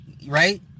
Right